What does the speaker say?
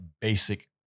basic